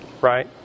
right